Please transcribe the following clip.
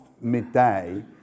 midday